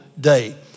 day